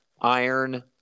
iron